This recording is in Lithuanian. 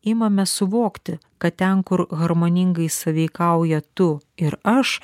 imame suvokti kad ten kur harmoningai sąveikauja tu ir aš